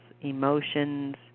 emotions